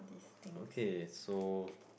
okay so